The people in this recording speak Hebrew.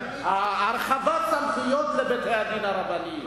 הרחבת סמכויות לבתי-הדין הרבניים.